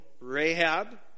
Rahab